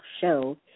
show